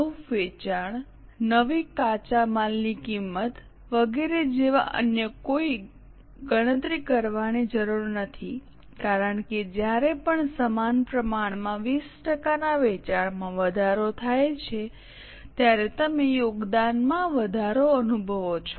નવું વેચાણ નવી કાચા માલની કિંમત વગેરે જેવા અન્ય કોઈ ગણતરી કરવાની જરૂર નથી કારણ કે જ્યારે પણ સમાન પ્રમાણમાં 20 ટકાના વેચાણમાં વધારો થાય છે ત્યારે તમે યોગદાનમાં વધારો અનુભવો છો